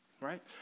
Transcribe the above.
right